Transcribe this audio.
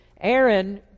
Aaron